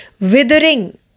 withering